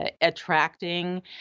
attracting